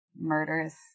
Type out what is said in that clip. murderous